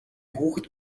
хүүхэд